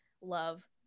love